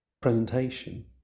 presentation